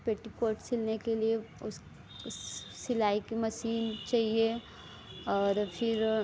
petticoat सिलने के लिए उस उस सिलाई की मसीन चाहिए और फिर